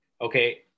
Okay